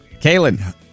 Kaylin